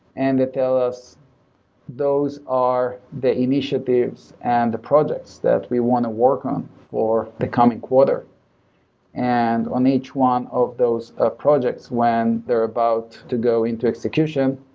and they tell us those are the initiatives and the projects that we want to work on for the coming quarter and on each one of those ah projects when they're about to go into execution,